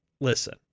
listen